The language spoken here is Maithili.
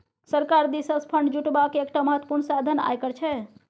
सरकार दिससँ फंड जुटेबाक एकटा महत्वपूर्ण साधन आयकर छै